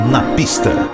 Napista